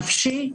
נפשי,